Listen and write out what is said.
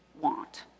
want